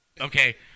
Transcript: okay